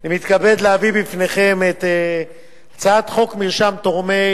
אני מתכבד להביא בפניכם את הצעת חוק מרשם תורמי